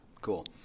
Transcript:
Cool